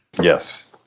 Yes